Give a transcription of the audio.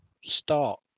start